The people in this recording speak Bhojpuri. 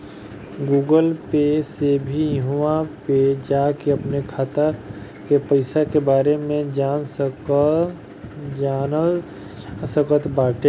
गूगल पे से भी इहवा पे जाके अपनी खाता के पईसा के बारे में जानल जा सकट बाटे